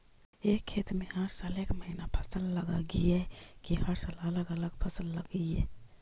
एक खेत में हर साल एक महिना फसल लगगियै कि हर साल अलग अलग फसल लगियै?